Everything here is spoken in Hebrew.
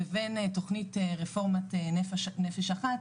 לבין תוכנית רפורמת נפש אחת,